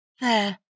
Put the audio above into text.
There